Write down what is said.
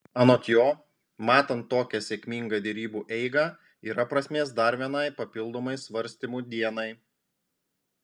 anot jo matant tokią sėkmingą derybų eigą yra prasmės dar vienai papildomai svarstymų dienai